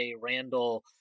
Randall